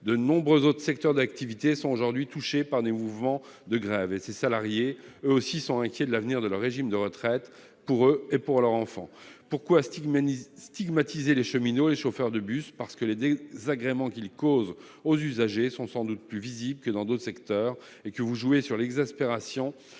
de nombreux autres secteurs d'activité sont aujourd'hui touchés par des mouvements de grève. Ces salariés sont eux aussi inquiets pour l'avenir de leur régime de retraite, pour eux et pour leurs enfants. Si vous stigmatisez les cheminots et les chauffeurs de bus, c'est parce que les désagréments qu'ils causent aux usagers sont sans doute plus visibles que dans d'autres secteurs et que vous jouez sur l'exaspération